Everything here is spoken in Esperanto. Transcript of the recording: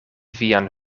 vian